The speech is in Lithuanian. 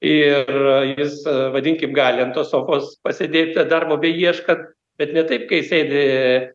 ir jis vadinkim gali ant tos sofos pasėdėt darbo beieškant bet ne taip kai sėdi